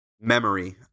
memory